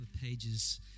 pages